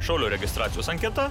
šaulio registracijos anketa